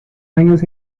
años